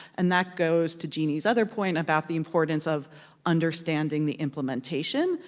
and that goes to jeannie's other point about the importance of understanding the implementation.